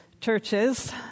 churches